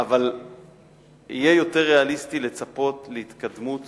יהיה יותר ריאליסטי לצפות להתקדמות